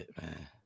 man